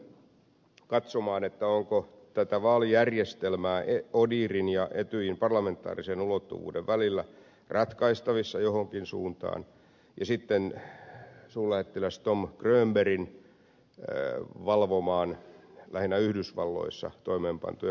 kiljusen katsomaan onko tätä vaalijärjestelmää odihrin ja etyjin parlamentaarisen ulottuvuuden välillä ratkaistavissa johonkin suuntaan ja sitten suurlähettiläs tom grönbergin valvomaan lähinnä yhdysvalloissa toimeenpantuja presidentinvaaleja